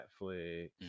Netflix